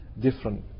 different